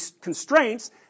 constraints